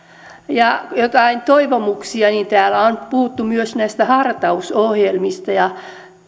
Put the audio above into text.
ja jotain toivomuksia täällä on puhuttu myös näistä hartausohjelmista ja